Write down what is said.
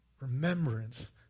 remembrance